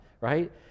right